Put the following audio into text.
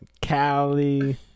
Cali